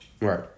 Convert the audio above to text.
Right